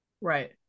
Right